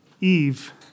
Eve